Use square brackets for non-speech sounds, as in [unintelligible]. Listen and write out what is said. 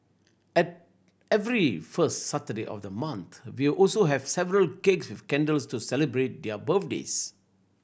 [unintelligible] every first Saturday of the month we're also have several cakes with candles to celebrate their birthdays